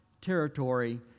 territory